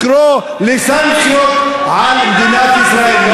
לקרוא לסנקציות על מדינת ישראל.